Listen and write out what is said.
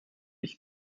ich